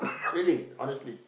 really honestly